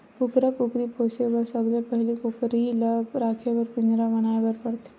कुकरा कुकरी पोसे बर सबले पहिली कुकरी ल राखे बर पिंजरा बनाए बर परथे